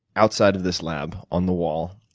outside of this lab on the wall,